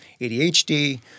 ADHD